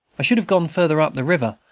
i should have gone farther up the river,